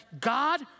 God